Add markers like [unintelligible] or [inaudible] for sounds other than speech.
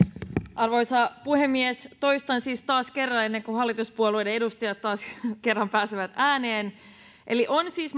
arvoisa puhemies toistan siis taas kerran ennen kuin hallituspuolueiden edustajat taas kerran pääsevät ääneen on siis [unintelligible]